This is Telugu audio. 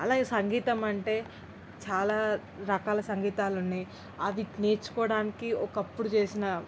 అలా సంగీతం అంటే చాలా రకాల సంగీతాలు ఉన్నాయి అవి నేర్చుకోవటానికి ఒకప్పుడు చేసిన